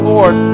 Lord